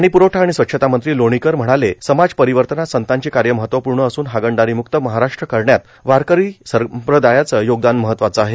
पाणी प्रवठा आणि स्वच्छता मंत्री लोणीकर म्हणाले समाज परिवर्तनात संतांचे कार्य महत्वपूर्ण असून हागणदारीम्क्त महाराष्ट्र करण्यात वारकरी संप्रदायाचे योगदान महत्वाचे आहे